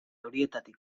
horietatik